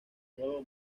nuevo